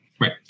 Right